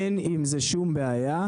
אין עם זה שום בעיה.